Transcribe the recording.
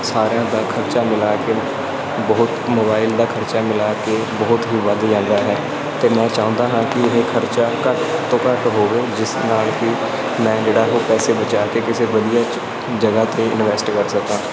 ਸਾਰਿਆਂ ਦਾ ਖਰਚਾ ਮਿਲਾ ਕੇ ਬਹੁਤ ਮੋਬਾਈਲ ਦਾ ਖਰਚਾ ਮਿਲਾ ਕੇ ਬਹੁਤ ਹੀ ਵੱਧ ਜਾਂਦਾ ਹੈ ਅਤੇ ਮੈਂ ਚਾਹੁੰਦਾ ਹਾਂ ਕਿ ਇਹ ਖਰਚਾ ਘੱਟ ਤੋਂ ਘੱਟ ਹੋਵੇ ਜਿਸ ਨਾਲ ਕਿ ਮੈਂ ਜਿਹੜਾ ਉਹ ਪੈਸੇ ਬਚਾ ਕੇ ਕਿਸੇ ਵਧੀਆ 'ਚ ਜਗ੍ਹਾ 'ਤੇ ਇਨਵੈਸਟ ਕਰ ਸਕਾਂ